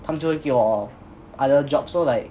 他们就会给我 other jobs so like